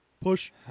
push